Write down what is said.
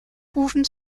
hufen